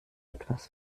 etwas